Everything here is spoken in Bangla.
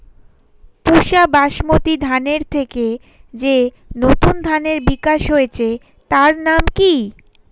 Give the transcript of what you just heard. পুসা বাসমতি ধানের থেকে যে নতুন ধানের বিকাশ হয়েছে তার নাম কি?